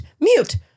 mute